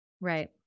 Right